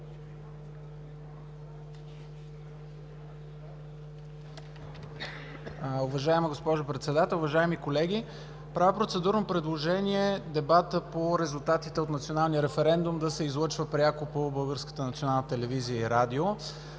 Уважаема госпожо Председател, уважаеми колеги! Правя процедурно предложение дебатът по резултатите от националния референдум да се излъчва пряко по Българската